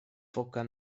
foka